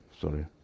sorry